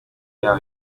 yaho